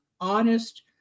honest